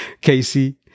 Casey